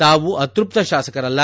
ತಾವು ಅತೃಪ್ತ ಶಾಸಕರಲ್ಲ